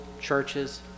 churches